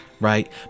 right